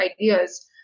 ideas